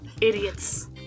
Idiots